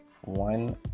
one